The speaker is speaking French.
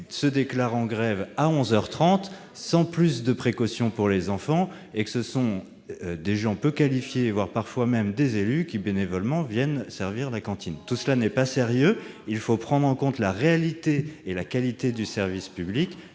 se déclarent en grève à onze heures trente, sans plus de considération pour les enfants, et que ce sont des gens peu qualifiés, voire des élus, qui, bénévolement, viennent servir à la cantine. Tout cela n'est pas sérieux : il faut prendre en compte la réalité et la qualité du service public,